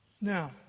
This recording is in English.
Now